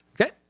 Okay